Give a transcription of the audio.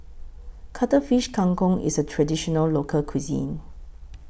Cuttlefish Kang Kong IS A Traditional Local Cuisine